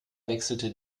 wechselte